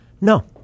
No